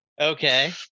Okay